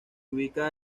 ubica